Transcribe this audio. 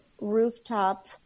rooftop